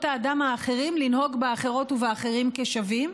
האדם האחרים לנהוג באחרות ובאחרים כבשווים,